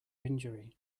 injury